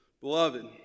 Beloved